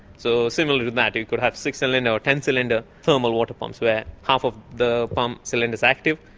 so similar to that you could have six-cylinder or ten cylinder thermal water pumps were half of the pump cylinder is active,